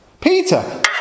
Peter